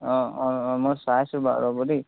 অঁ অঁ অঁ মই চাই আছো বাৰু ৰ'ব দেই